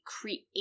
create